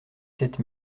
sept